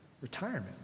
retirement